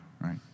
right